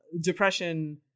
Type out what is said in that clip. depression